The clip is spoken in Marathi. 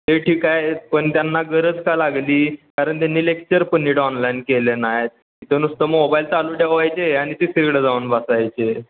ते ठीक आहे पण त्यांना गरज का लागली कारण त्यांनी लेक्चर पण नीट ऑनलाईन केले नाही तिथं नुसतं मोबाईल चालू ठेवायचे आणि ते तिकडं जाऊन बसायचे